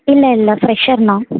இல்லை இல்லை ஃப்ரெஷர் நான்